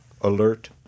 alert